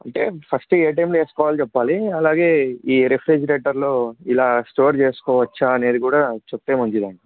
అంటే ఫస్ట్ ఏ టైంలో వేసుకోవాలో చెప్పాలి అలాగే ఈ రెఫ్రిజిరేటర్లో ఇలా స్టోర్ చేసుకోవచ్చా అనేది కూడా చెప్తే మంచిదండి